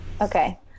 Okay